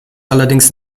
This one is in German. allerdings